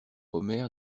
omer